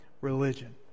religion